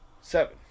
Seven